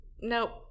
Nope